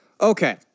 Okay